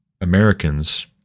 Americans